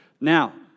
Now